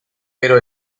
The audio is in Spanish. pero